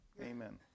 Amen